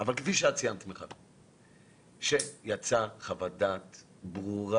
אבל כפי שאת ציינת מיכל, שיצאה חוות דעת ברורה,